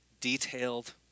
detailed